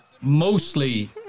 mostly